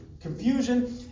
confusion